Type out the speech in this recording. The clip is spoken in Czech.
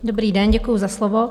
Dobrý den, děkuji za slovo.